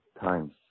times